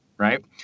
Right